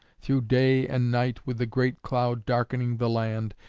through day and night with the great cloud darkening the land,